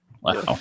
Wow